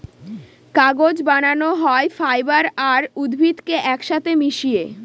কাগজ বানানো হয় ফাইবার আর উদ্ভিদকে এক সাথে মিশিয়ে